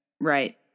Right